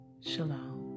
shalom